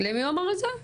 למי הוא אמר את זה?